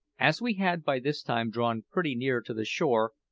as we had by this time drawn pretty near to the shore,